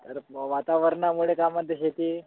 तर वातावरणामुळे का म्हणते शेती